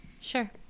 Sure